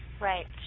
Right